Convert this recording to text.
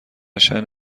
شأن